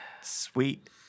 sweet